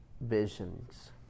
visions